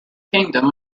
kingdom